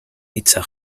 hitza